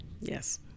Yes